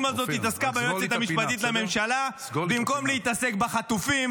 הזאת התעסקה ביועצת המשפטית לממשלה במקום להתעסק בחטופים,